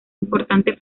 importante